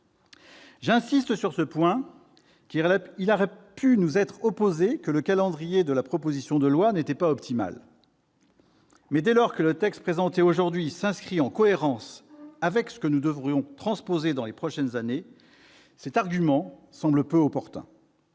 J'insiste sur ce point, car il a pu nous être opposé que le calendrier de la proposition de loi n'était pas optimal. Dès lors que le texte présenté aujourd'hui s'inscrit en cohérence avec ce que nous devrons transposer dans les prochaines années, cet argument semble peu opportun.